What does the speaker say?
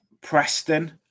Preston